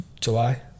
July